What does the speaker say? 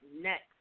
next